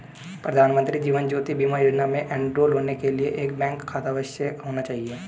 प्रधानमंत्री जीवन ज्योति बीमा योजना में एनरोल होने के लिए एक बैंक खाता अवश्य होना चाहिए